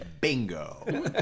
Bingo